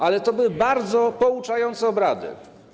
Ale to były bardzo pouczające obrady.